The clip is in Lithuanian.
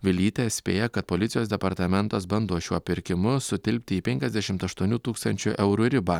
vilytė spėja kad policijos departamentas bando šiuo pirkimu sutilpti į penkiasdešimt aštuonių tūkstančių eurų ribą